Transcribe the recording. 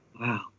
Wow